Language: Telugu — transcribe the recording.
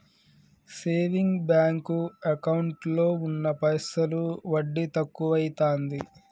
సేవింగ్ బాంకు ఎకౌంటులో ఉన్న పైసలు వడ్డి తక్కువైతాంది